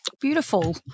Beautiful